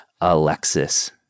Alexis